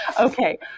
okay